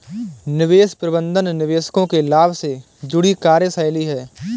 निवेश प्रबंधन निवेशकों के लाभ से जुड़ी कार्यशैली है